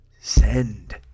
Send